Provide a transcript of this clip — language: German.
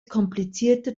komplizierter